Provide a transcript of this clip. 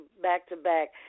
back-to-back